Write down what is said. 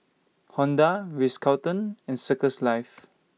Honda Ritz Carlton and Circles Life